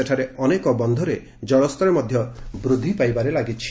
ସେଠାରେ ଅନେକ ବନ୍ଧରେ ଜଳସ୍ତର ବୃଦ୍ଧି ପାଇବାରେ ଲାଗିଛି